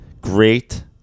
great